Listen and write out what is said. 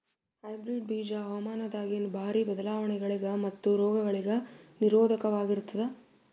hybrid ಬೀಜ ಹವಾಮಾನದಾಗಿನ ಭಾರಿ ಬದಲಾವಣೆಗಳಿಗ ಮತ್ತು ರೋಗಗಳಿಗ ನಿರೋಧಕವಾಗಿರುತ್ತವ